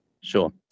Sure